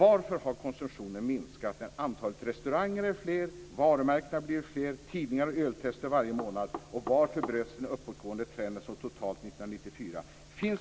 Varför har konsumtionen minskat när antalet restauranger är fler, varumärkena blir fler och tidningarna har öltest varje månad och varför bröts den uppåtgående trenden så totalt 1994?